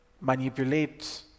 Manipulate